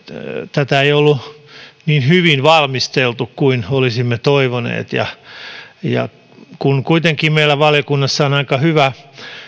tätä ei ollut niin hyvin valmisteltu kuin olisimme toivoneet kun kuitenkin meillä valiokunnassa on aika hyvä